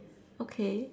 okay